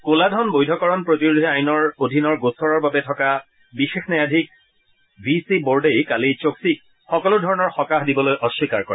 ক'লাধন বৈধকৰণ প্ৰতিৰোধী আইনৰ অধীনৰ গোচৰৰ বাবে থকা বিশেষ ন্যায়াধীশ ভি চি বৰ্দেই কালি চক্সিক সকলো ধৰণৰ সকাহ দিবলৈ অস্নীকাৰ কৰে